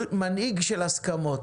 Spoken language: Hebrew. מנהיג של הסכמות.